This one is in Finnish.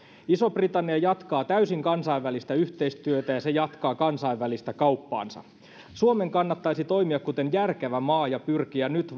iso britannia jatkaa täysin kansainvälistä yhteistyötä ja se jatkaa kansainvälistä kauppaansa suomen kannattaisi toimia kuten järkevä maa ja pyrkiä nyt